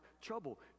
trouble